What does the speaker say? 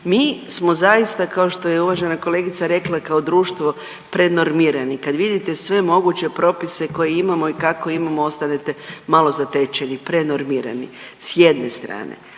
mi smo zaista kao što je i uvažena kolegica rekla kao društvo prenormirani, kad vidite sve moguće propise koje imamo i kako imamo ostanete malo zatečeni, prenormirani s jedne strane,